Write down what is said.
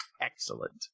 Excellent